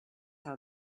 how